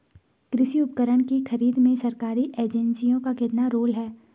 कृषि उपकरण की खरीद में सरकारी एजेंसियों का कितना रोल है?